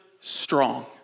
strong